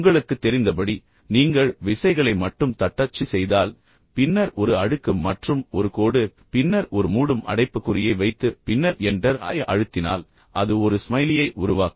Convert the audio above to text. உங்களுக்குத் தெரிந்தபடி நீங்கள் விசைகளை மட்டும் தட்டச்சு செய்தால் பின்னர் ஒரு அடுக்கு மற்றும் ஒரு கோடு பின்னர் ஒரு மூடும் அடைப்புக்குறியை வைத்து பின்னர் என்டர் ஐ அழுத்தினால் அது ஒரு ஸ்மைலியை உருவாக்கும்